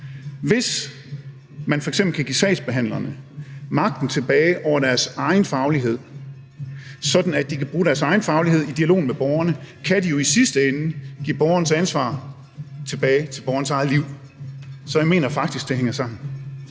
Hvis man f.eks. kan give sagsbehandlerne magten over deres egen faglighed tilbage, sådan at de kan bruge deres egen faglighed i dialogen med borgerne, kan de jo i sidste ende give ansvaret for borgerens eget liv tilbage til borgeren. Så jeg mener faktisk, det hænger sammen.